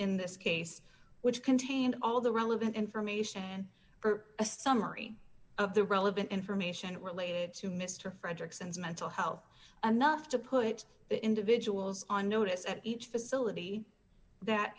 in this case which contained all the relevant information for a summary of the relevant information related to mr fredericks and mental health and not to put individuals on notice at each facility that